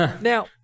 Now